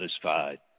satisfied